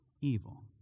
evil